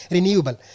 Renewable